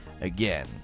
again